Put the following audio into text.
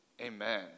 amen